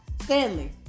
Stanley